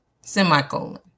Semicolon